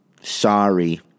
sorry